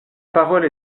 parole